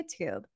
YouTube